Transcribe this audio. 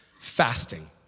Fasting